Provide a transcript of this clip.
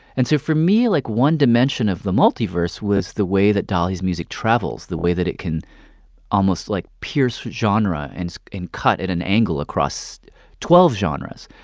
and so for me, like, one dimension of the multiverse was the way that dolly's music travels, the way that it can almost, like, pierce genre and and cut at an angle across twelve genres.